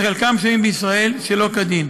שחלקם שוהים בישראל שלא כדין.